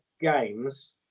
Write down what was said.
games